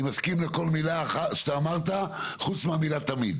מסכים לכול מילה שאמרת חוץ ממילה אחת